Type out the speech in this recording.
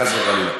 חס וחלילה.